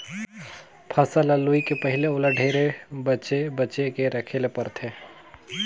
फसल ल लूए के पहिले ओला ढेरे बचे बचे के राखे ले परथे